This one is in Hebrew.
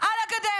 על הגדר.